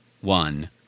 one